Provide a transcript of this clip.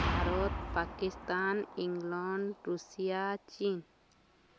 Bharat Pakistan England Russia ଚୀନ୍